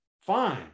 fine